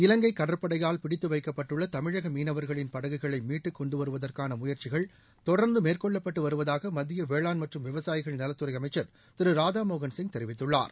இவங்கை கடற்படையால் பிடித்து வைக்கப்பட்டுள்ள தமிழக மீனவர்களின் படகுகளை மீட்டு கொண்டுவருவதற்கான முயற்சிகள் தொடர்ந்து மேற்கொள்ளப்பட்டு வருவதாக மத்திய வேளாண் மற்றும் விவசாயிகள் நலத்துறை அமைச்சா் திரு ராதாமோகன் சிங் தெரிவித்துள்ளாா்